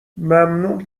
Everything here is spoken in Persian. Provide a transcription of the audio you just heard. ممنون